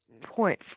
point